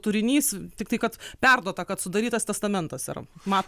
turinys tiktai kad perduota kad sudarytas testamentas ar mato